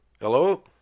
hello